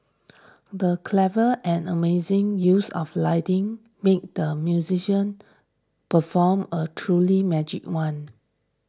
the clever and amazing use of lighting made the musician perform a truly magic one